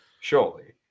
Surely